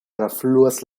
trafluas